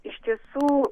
iš tiesų